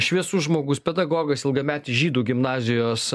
šviesus žmogus pedagogas ilgametis žydų gimnazijos